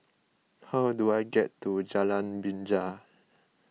how do I get to Jalan Binja